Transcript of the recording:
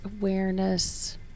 awareness